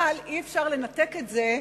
אבל אי-אפשר לנתק את זה,